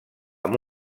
amb